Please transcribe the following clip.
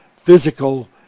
physical